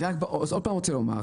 אני עוד פעם רוצה לומר,